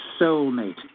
soulmate